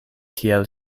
kiel